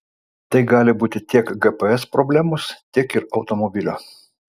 tai gali būti tiek gps problemos tiek ir automobilio